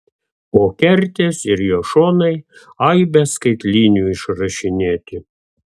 o kertės ir jo šonai aibe skaitlinių išrašinėti